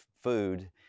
food